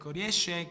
riesce